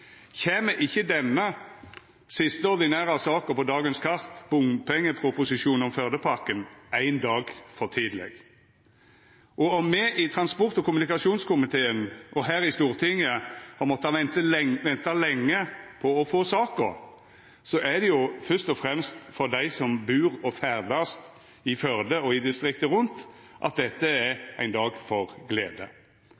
kjem ikkje denne siste ordinære saka på dagens kart, bompengeproposisjonen om Førdepakken, éin dag for tidleg. Om me i transport- og kommunikasjonskomiteen og her i Stortinget har måtta venta lenge på å få saka, er det jo først og fremst for dei som bur og ferdast i Førde og i distriktet rundt, at dette er